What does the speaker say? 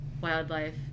wildlife